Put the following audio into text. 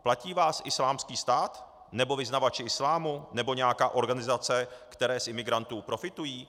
Platí vás Islámský stát nebo vyznavači islámu nebo nějaká organizace, které z imigrantů profitují?